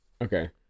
Okay